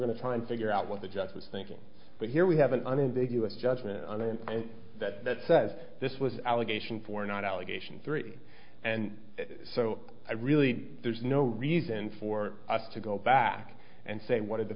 going to try and figure out what the judge was thinking but here we have an unambiguous judgment on that that says this was allegation for not allegation three and so i really there's no reason for us to go back and say what did the